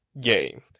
game